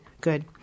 Good